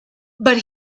but